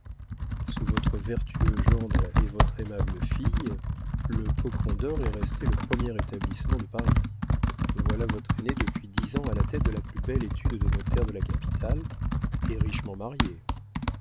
sous votre vertueux gendre et votre aimable fille le cocon dor est resté le premier établissement de paris voilà votre aîné depuis dix ans à la tête de la plus belle étude de notaire de la capitale et richement marié